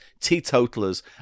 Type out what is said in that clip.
teetotalers